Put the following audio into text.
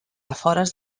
afores